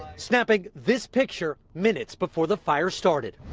snapping this picture minutes before the fire started.